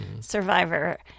survivor